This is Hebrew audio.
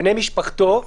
בני משפחתו,